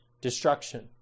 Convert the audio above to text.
destruction